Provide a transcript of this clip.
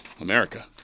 America